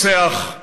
רוצח,